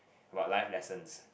about life lessons